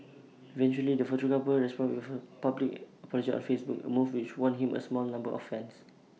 eventually the photographer responded with A public apology on Facebook A move which won him A small number of fans